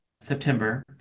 September